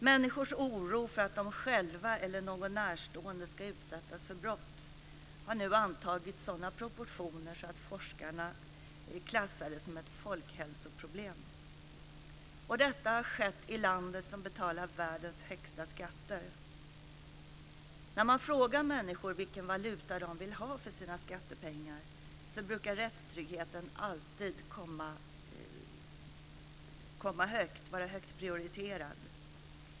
Människors oro för att de själva eller någon närstående ska utsättas för brott har nu antagit sådana proportioner att forskarna klassar den som ett folkhälsoproblem. Och detta har skett i landet som betalar världens högsta skatter. När man frågar människor vilken valuta de vill ha för sina skattepengar brukar rättstryggheten alltid komma högt, vara högt prioriterad.